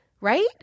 right